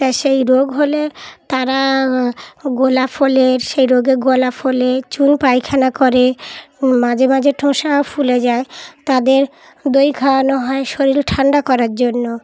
তা সেই রোগ হলে তারা গলা ফোলে সেই রোগে গলা ফোলে চুন পায়খানা করে মাঝে মাঝে ঠোঁসা ফুলে যায় তাদের দই খাওয়ানো হয় শরীর ঠান্ডা করার জন্য